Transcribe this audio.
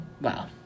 Wow